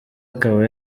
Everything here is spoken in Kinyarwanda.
akaba